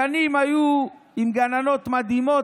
הגנים היו עם גננות מדהימות,